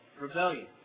rebellion